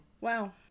Wow